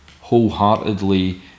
wholeheartedly